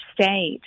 state